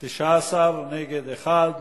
19, נגד, 1,